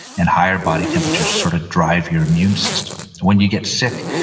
and higher body temperatures sort of drive your immune system when you get sick,